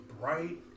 bright